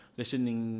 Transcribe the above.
listening